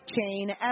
chain